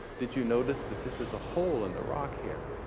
did you notice that this is a hole in the rock here?